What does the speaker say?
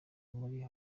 muri